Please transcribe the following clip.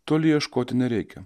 toli ieškoti nereikia